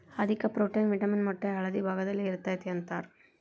ಅಧಿಕ protein, vitamin ಮೊಟ್ಟೆಯ ಹಳದಿ ಭಾಗದಾಗ ಇರತತಿ ಅಂತಾರ